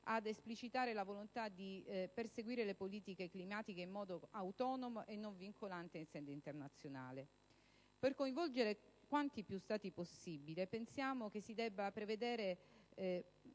ad esplicitare la volontà di perseguire le politiche climatiche in modo autonomo e non vincolante in sede internazionale. Per coinvolgere quanti più Stati possibili, pensiamo si debba procedere